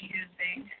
using